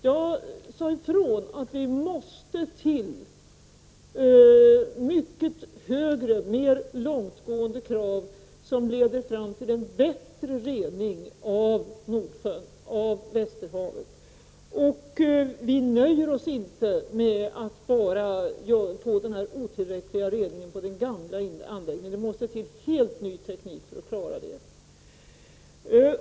Jag sade ifrån att det måste till mycket mer långtgående krav, som leder fram till en bättre rening av Västerhavet. Vi nöjer oss inte med den otillräckliga reningen på den gamla anläggningen, utan det måste till en helt ny teknik.